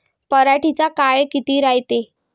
पराटीचा काळ किती रायते?